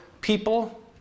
people